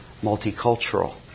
multicultural